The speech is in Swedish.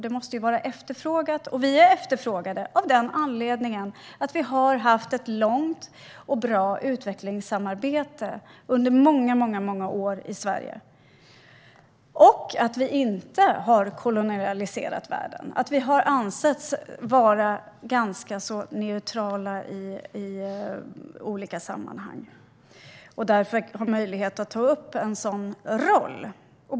Det måste vara efterfrågat, och vi är efterfrågade av den anledningen att vi i Sverige har haft ett långt och bra utvecklingssamarbete under många år. Vi har inte kolonialiserat världen. Vi har ansetts vara ganska neutrala i olika sammanhang. Därför har vi möjlighet att ta en sådan roll.